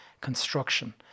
construction